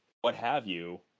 what-have-you